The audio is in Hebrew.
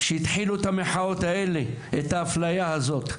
שהתחיל את המחאות על האפליה הזו.